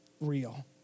real